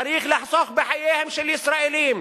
צריך לחסוך בחייהם של ישראלים.